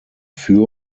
für